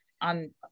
on